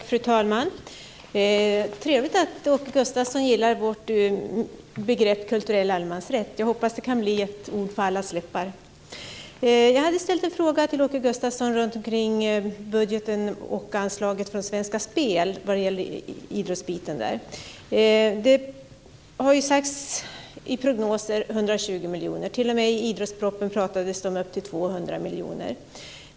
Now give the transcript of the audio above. Fru talman! Det var trevligt att Åke Gustavsson gillade vårt begrepp "kulturell allemansrätt". Jag hoppas att det kan bli ett ord på allas läppar. Jag ställde en fråga till Åke Gustavsson om budgeten och anslaget från Svenska Spel till idrotten. I prognoser har det sagts att det skulle uppgå till 120 miljoner. I idrottspropositionen pratades t.o.m. om upp till 200 miljoner.